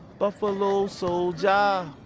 buffalo soldier.